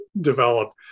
develop